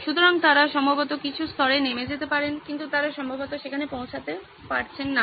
সুতরাং তারা সম্ভবত কিছু স্তরে নেমে যেতে পারেন কিন্তু তারা সম্ভবত সেখানে পৌঁছাতে পারছেন না